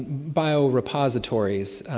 biorepositories.